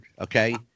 okay